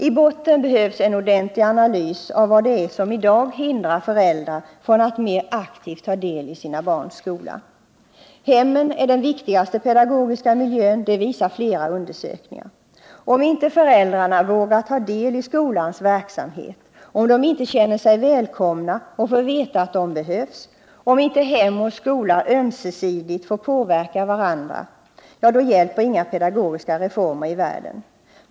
I botten behövs en ordentlig analys av vad det i dag är som hindrar föräldrar från att mer aktivt ta del i sina barns skola. Att hemmen är den viktigaste pedagogiska miljön visar flera undersökningar. Om inte föräldrarna vågar ta del i skolans verksamhet, om de inte känner sig välkomna och får veta att de behövs samt om inte hem och skola ömsesidigt får påverka varandra, hjälper inga pedagogiska reformer i världen.